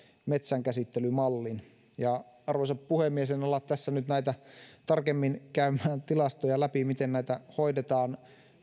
metsänkäsittelymallin ja arvoisa puhemies en ala tässä nyt tarkemmin käymään tilastoja läpi miten näitä hoidetaan